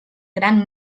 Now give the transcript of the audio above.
gran